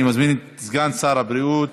אני מזמין את סגן שר הבריאות